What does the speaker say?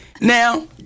Now